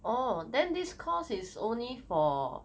orh then this course is only for